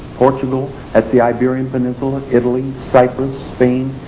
portugal that's the iberian peninsula, italy, cyprus, spain,